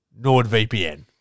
NordVPN